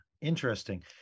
Interesting